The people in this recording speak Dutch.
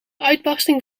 uitbarsting